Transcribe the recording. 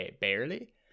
barely